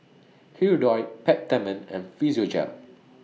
Hirudoid Peptamen and Physiogel